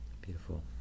Beautiful